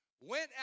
went